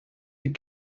die